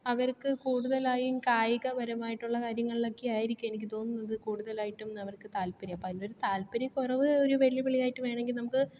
അവർക്ക് കൂടുതലായും കായികപരമായിട്ടുള്ള കാര്യങ്ങളിലൊക്കെ ആയിരിക്കും എനിക്ക് തോന്നുന്നത് കുടുതലായിട്ടും അവർക്ക് താൽപ്പര്യം അപ്പോൾ അതിൻറ്റൊരു താൽപ്പര്യകുറവ് ഒരു വെല്ലുവിളിയായിട്ട് വേണമെങ്കിൽ നമുക്ക്